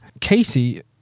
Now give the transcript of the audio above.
Casey